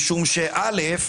כי אל"ף,